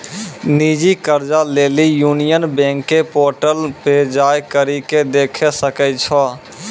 निजी कर्जा लेली यूनियन बैंक के पोर्टल पे जाय करि के देखै सकै छो